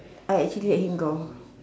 I actually let him go